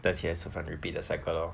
then 起来吃饭 repeat the cycle lor